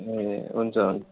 ए हुन्छ हुन्छ